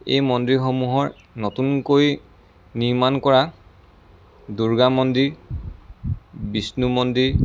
এই মন্দিৰসমূহৰ নতুনকৈ নিৰ্মাণ কৰা দুৰ্গা মন্দিৰ বিষ্ণু মন্দিৰ